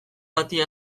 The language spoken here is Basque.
bati